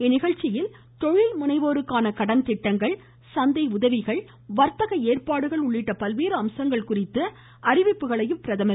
இந்நிகழ்ச்சியில் தொழில்முனைவோருக்கான கடன் திட்டங்கள் சந்தை உதவிகள் வாத்தக ஏற்பாடுகள் உள்ளிட்ட பல்வேறு அம்சங்கள் குறித்து அறிவிப்புகளையும் பிரதமா் வெளியிட உள்ளார்